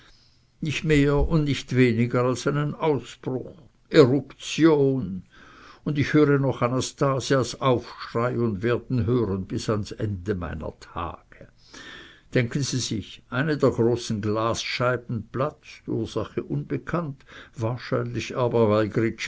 nicht mehr und nicht weniger als einen ausbruch eruption und ich höre noch anastasias aufschrei und werd ihn hören bis ans ende meiner tage denken sie sich eine der großen glasscheiben platzt ursache unbekannt wahrscheinlich aber weil